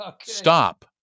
Stop